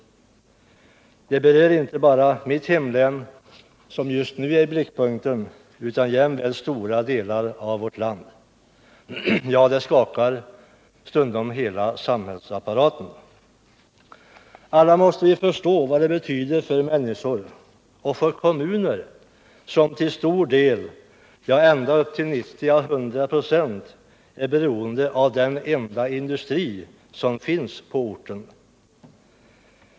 Det berör inte bara mitt hemlän, Värmland, som just nu är i blickpunkten utan jämväl stora delar av landet i övrigt. Ja, det skakar stundom hela samhällsapparaten. Alla måste vi förstå vad kriserna betyder för människor och för kommuner som till stor del, ja ända upp till 90-100 926, är beroende av den enda industri som finns på orten.